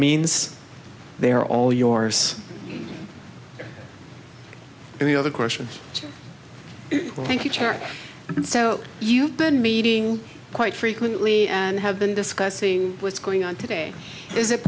means they are all yours and the other question i think you check so you've been meeting quite frequently and have been discussing what's going on today is it